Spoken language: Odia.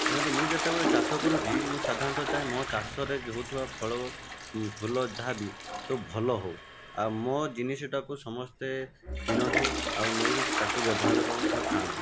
ଦେଖନ୍ତୁ ମୁଁ ଯେତେବେଳେ ଚାଷ କରୁଛି ମୁଁ ସାଧାରଣତଃ ଚାହେଁ ମୋ ଚାଷରେ ଯେଉଁ ହେଉଥିବା ଫଳ ଫୁଲ ଯାହାବି ସବୁ ଭଲ ହେଉ ଆଉ ମୋ ଜିନିଷଟାକୁ ସମସ୍ତେ କିଣନ୍ତୁ ଆଉ ନେଇକି ତାକୁ ବ୍ୟବହାର କର କିମ୍ବା ଖାଆନ୍ତୁ